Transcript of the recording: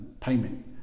payment